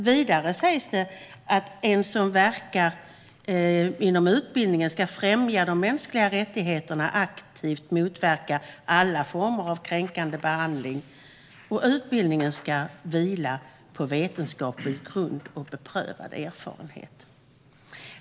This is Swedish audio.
Vidare säger skollagen att den som verkar inom utbildningen ska främja de mänskliga rättigheterna och aktivt motverka alla former av kränkande behandling och att utbildningen ska vila på vetenskaplig grund och beprövad erfarenhet.